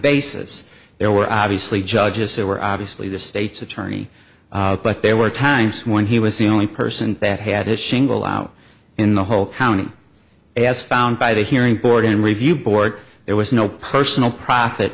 basis there were obviously judges who were obviously the state's attorney but there were times when he was the only person that had a shingle out in the whole county as found by the hearing board and review board there was no personal profit